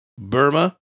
Burma